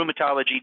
rheumatology